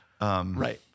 Right